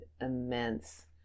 immense